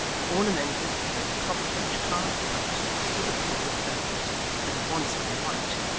and ornamented, at the top of each carved post, with a plume of feathers that had once been white,